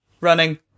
running